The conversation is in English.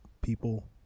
people